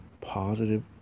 positive